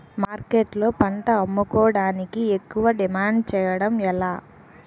మార్కెట్లో పంట అమ్ముకోడానికి ఎక్కువ డిమాండ్ చేయడం ఎలా?